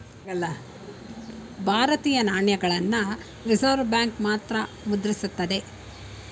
ಭಾರತೀಯ ನಾಣ್ಯಗಳನ್ನ Reserve Bank ಮಾತ್ರ ಮುದ್ರಿಸುತ್ತದೆ